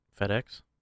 FedEx